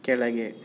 ಕೆಳಗೆ